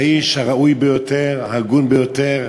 האיש הראוי ביותר, ההגון ביותר,